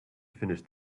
finished